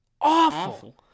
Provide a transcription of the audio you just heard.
awful